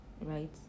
right